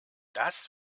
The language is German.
das